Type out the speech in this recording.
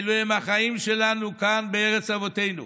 אלה הם החיים שלנו כאן בארץ אבותינו,